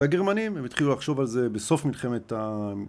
הגרמנים הם התחילו לחשוב על זה בסוף מלחמת ה...